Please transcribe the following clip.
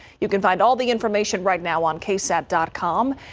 you can find all the information right now on ksat dot com.